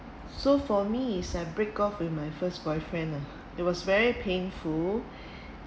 so for me is I break off with my first boyfriend ah it was very painful